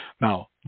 Now